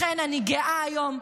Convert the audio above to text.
לכן אני גאה היום.